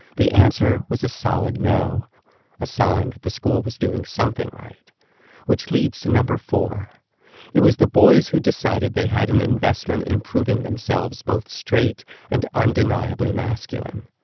the answer was a solid no a sign that the school was doing something right which leads to number four it was the boys who'd decided they had an investment in proving themselves both straight and undeniably masculine.